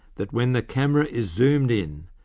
that when the camera is zoomed in,